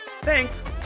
Thanks